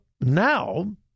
now